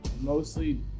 Mostly